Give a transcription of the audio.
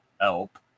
help